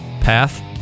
path